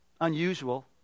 unusual